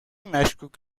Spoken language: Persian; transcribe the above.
مشکوک